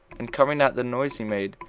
and coming at the noise he made,